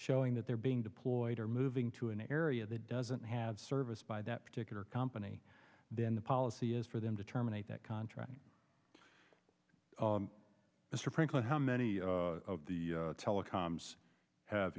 showing that they're being deployed or moving to an area that doesn't have service by that particular company then the policy is for them to terminate that contract mr franklin how many of the telecoms have